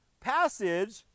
passage